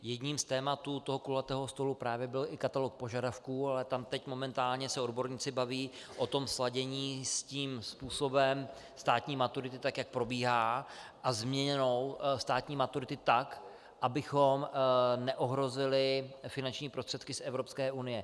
Jedním z témat toho kulatého stolu právě byl i katalog požadavků, ale tam se teď momentálně odborníci baví o sladění s tím způsobem státní maturity tak, jak probíhá, a změnou státní maturity tak, abychom neohrozili finanční prostředky z Evropské unie.